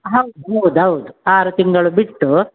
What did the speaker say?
ಹೌದು ಹೌದೌದು ಆರು ತಿಂಗಳು ಬಿಟ್ಟು